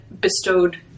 bestowed